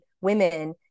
women